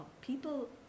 people